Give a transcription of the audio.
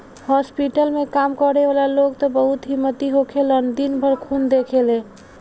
hospital में काम करे वाला लोग त बहुत हिम्मती होखेलन दिन भर खून देखेले